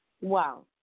Wow